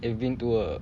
I've been to a